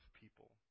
people